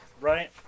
right